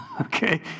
Okay